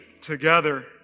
together